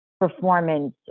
performance